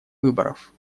выборов